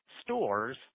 stores